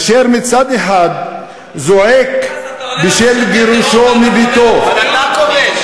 אשר מצד אחד זועק, בשל גירושו מביתו, אתה כובש.